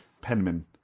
penman